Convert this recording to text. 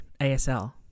ASL